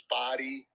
body